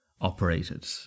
operated